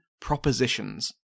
propositions